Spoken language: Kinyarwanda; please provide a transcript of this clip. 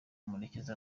murekezi